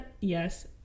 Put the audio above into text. Yes